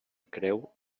creu